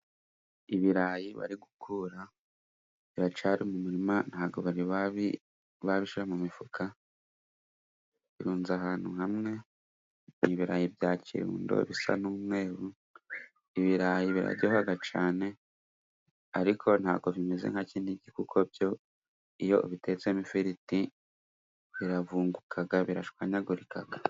Ibirayi bari gukura biracyari mu murima, ntabwo bari babi babishira mu mifuka, birunze ahantu hamwe, ibirayi bya kirundo bisa n'umweru, ibirayi biraryoha cyane, ariko ntabwo bimeze nka Kinigi, kuko byo iyo ubi bitetsemo ifiriti, biravuguka birashwanyagurika.